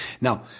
Now